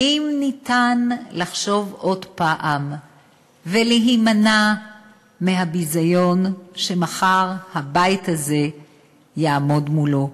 אם ניתן לחשוב עוד פעם ולהימנע מהביזיון שמחר הבית הזה יעמוד מולו,